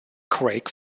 craig